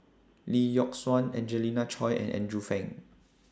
Lee Yock Suan Angelina Choy and Andrew Phang